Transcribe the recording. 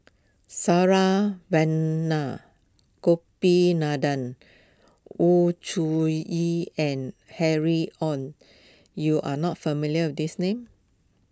Saravanan Gopinathan Wu Zhuye and Harry Ord you are not familiar with these names